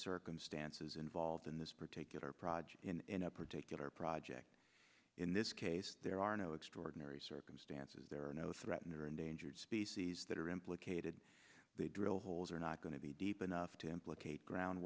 circumstances involved in this particular project in a particular project in this case there are no extraordinary circumstances there are no threatened or endangered species that are implicated they drill holes are not going to be deep enough to implicate ground